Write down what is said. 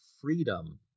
freedom